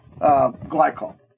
glycol